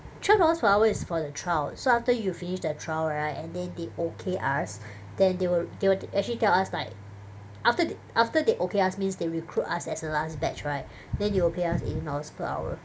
twelve dollars per hour is for the trial so after you finish the trial right and then they okay us then they will they will actually tell us like after they after they okay us means they recruit us as the last batch right then they will pay us eighteen dollars per hour